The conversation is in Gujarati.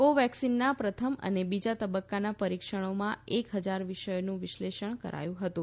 કો વેક્સિનના પ્રથમ અને બીજા તબક્કાના પરીક્ષણોમાં એક હજાર વિષયોનું વિશ્લેષણ કરાયું હતું